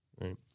Right